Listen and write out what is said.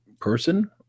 person